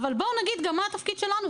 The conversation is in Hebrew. אבל בוא נגיד גם מה התפקיד שלנו,